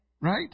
right